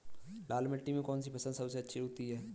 लाल मिट्टी में कौन सी फसल सबसे अच्छी उगती है?